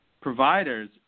Providers